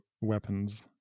weapons